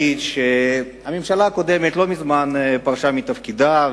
הממשלה הקודמת לא מזמן פרשה מתפקידה,